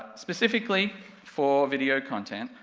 specifically for video content,